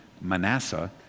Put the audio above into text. Manasseh